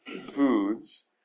foods